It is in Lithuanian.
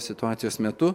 situacijos metu